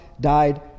died